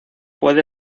puede